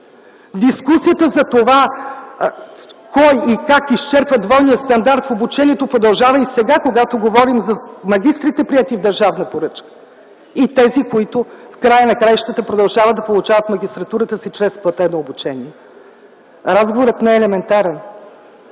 Дискусията за това кой и как изчерпва двойният стандарт в обучението продължава и сега, когато говорим за магистрите, приети с държавна поръчка, и тези, които в края на краищата продължават да получават магистратурата си чрез платено обучение. Разговорът не е елементарен.